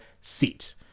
seat